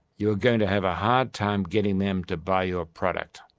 you are going to have a hard time getting them to buy your product.